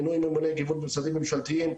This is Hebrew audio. מינוי ממוני גיוון תעסוקתיים במשרדים ממשלתיים,